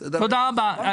תודה רבה.